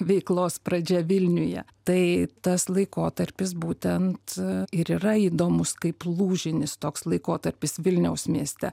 veiklos pradžia vilniuje tai tas laikotarpis būtent ir yra įdomus kaip lūžinis toks laikotarpis vilniaus mieste